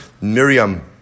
Miriam